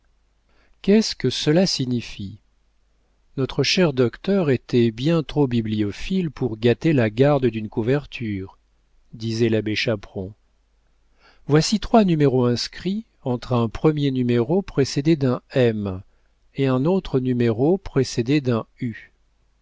qu'est-ce que cela signifie notre cher docteur était bien trop bibliophile pour gâter la garde d'une couverture disait l'abbé chaperon voici trois numéros inscrits entre un premier numéro précédé d'un m et un autre numéro précédé d'un